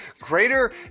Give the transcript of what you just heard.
greater